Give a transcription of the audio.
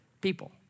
people